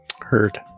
Heard